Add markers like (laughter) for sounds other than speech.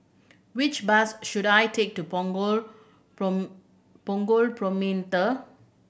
which bus should I take to Punggol (unintelligible) Promenade